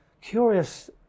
curious